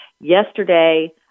Yesterday